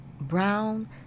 brown